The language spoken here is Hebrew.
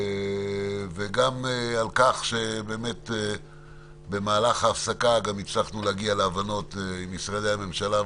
וגם תודה על כך שבמהלך ההפסקה הצלחנו להגיע להבנות עם משרדי הממשלה.